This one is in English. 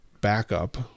backup